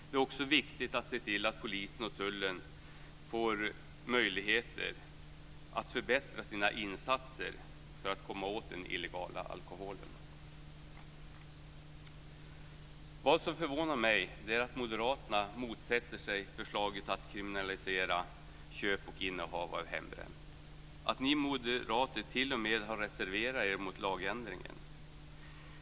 Det är också viktigt att se till att polisen och tullen får möjligheter att förbättra sina insatser för att komma åt den illegala alkoholen. Vad som förvånar mig är att Moderaterna motsätter sig förslaget att kriminalisera köp och innehav av hembränt. Ni moderater har t.o.m. reserverat er mot lagändringen.